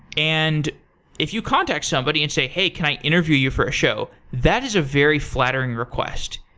and if you contact somebody and say, hey, can i interview you for a show? that is a very flattering request,